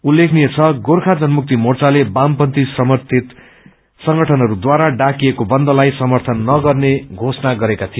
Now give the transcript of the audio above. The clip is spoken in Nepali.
उत्लेखनीय छ गोर्खा जनमुक्ति मोर्चाले वामपन्थी श्रमिक संगठनहरूद्वारा डाकिएको बन्दलाई समर्थन नगर्ने घोषणा गरेको थियो